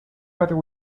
whether